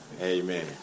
Amen